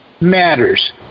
matters